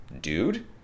dude